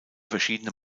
verschiedene